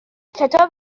کتاب